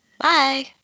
Bye